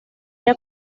era